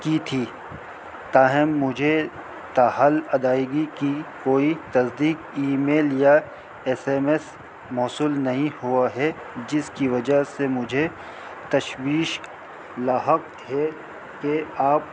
کی تھی تاہم مجھے تا حال ادائیگی کی کوئی تصدیق ای میل یا ایس ایم ایس موصول نہیں ہوا ہے جس کی وجہ سے مجھے تشویش لاحق ہے کہ آپ